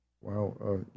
Wow